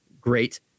great